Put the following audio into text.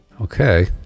Okay